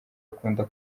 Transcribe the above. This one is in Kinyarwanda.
akunda